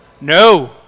No